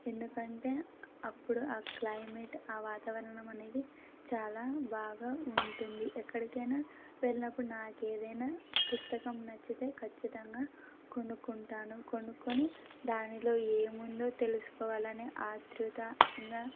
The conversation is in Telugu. ఎందుకంటే అప్పుడు ఆ క్లైమేట్ ఆ వాతావరణం అనేది చాలా బాగా ఉంటుంది ఎక్కడికైనా వెళ్ళినప్పుడు నాకు ఏదైనా పుస్తకం నచ్చితే ఖచ్చితంగా కొనుక్కుంటాను కొనుక్కొని దానిలో ఏముందో తెలుసుకోవాలని ఆత్రుత ఇంకా